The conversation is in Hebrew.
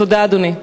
תודה, אדוני.